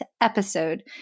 episode